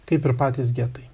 kaip ir patys getai